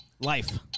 Life